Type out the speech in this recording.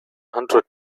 hundred